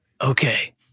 Okay